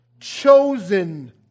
Chosen